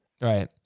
Right